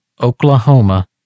Oklahoma